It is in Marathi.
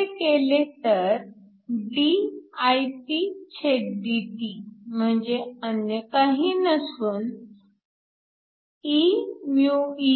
असे केले तर dIpdt म्हणजे अन्य काही नसून WDd∆ndt